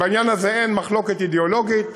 ובעניין הזה אין מחלוקת אידיאולוגית